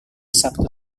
sabtu